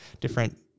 different